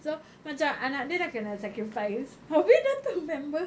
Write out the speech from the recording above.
so macam anak dia dah kena sacrifice abeh dah tahu member